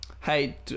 Hey